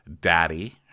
Daddy